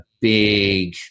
big